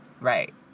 Right